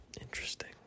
Interesting